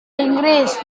inggris